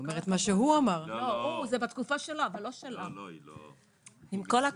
עם כל הכבוד.